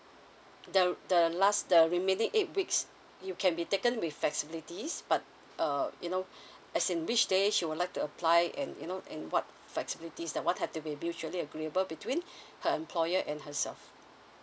the the last the remaining eight weeks you can be taken with flexibilities but err you know as in which day she would like to apply and you know and what flexibilities that what have to be mutually agreeable between her employer and herself